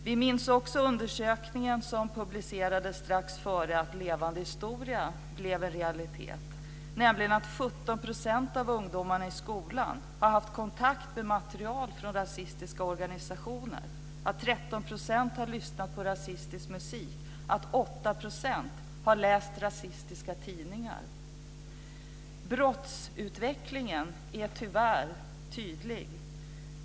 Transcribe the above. Vi minns också den undersökning som publicerades strax före det att Levande historia blev en realitet och som visar att 17 % av ungdomarna i skolan har haft kontakt med material från rasistiska organisationer, att 13 % har lyssnat på rasistisk musik, att 8 % har läst rasistiska tidningar. Brottsutvecklingen är tyvärr tydlig.